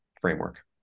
framework